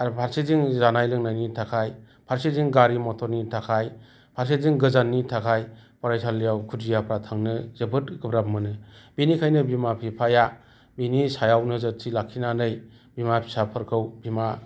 आरो फारसेथिं जानाय लोंनायनि थाखाय फारसेथिं गारि मथरनि थाखाय फारसेथिं गोजाननि थाखाय फरायसालियाव खुदियाफोरा थांनो जोबोद गोब्राब मोनो बेनिखायनो बिमा बिफाया बिनि सायाव नोजोरथि लाखिनानै बिमा फिसाफोरखौ बिमा